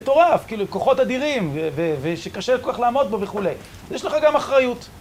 מטורף, כאילו, כוחות אדירים, ושקשה כל כך לעמוד בו וכו', יש לך גם אחריות.